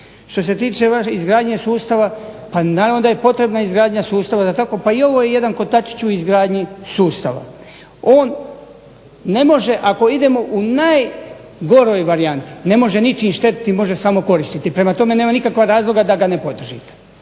Što se tiče izgradnje sustava, pa naravno da je potrebna izgradnja sustava pa i ovo je jedan kotačić u izgradnji sustava. On ne može ako idemo u najgoroj varijanti, ne može ničim štetiti može samo koristiti, prema tome nema nikakvog razloga da ga ne podržite.